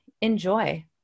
enjoy